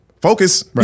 focus